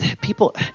people